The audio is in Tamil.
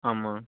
ஆமாம்